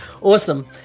Awesome